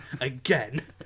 again